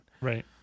Right